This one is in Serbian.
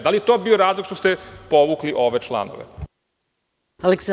Da li je to bio razlog što ste povukli ove članove?